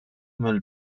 mill